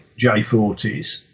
J40s